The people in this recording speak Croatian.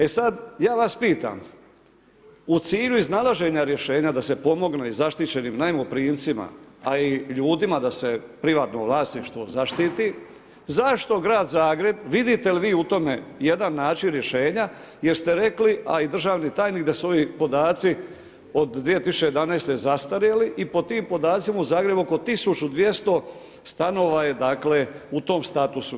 E sad, ja vas pitam, u cilju iznalaženja rješenja da se pomogne i zaštićenim najmoprimcima a i ljudima da se privatno vlasništvo zaštiti zašto grad Zagreb, vidite li vi u tome jedan način rješenja jer ste rekli a i državni tajnik da su ovi podaci od 2011. zastarjeli i po tim podacima u Zagrebu oko 1200 stanova je dakle u tom statusu.